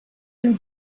and